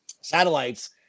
satellites